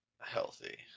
Healthy